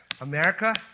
America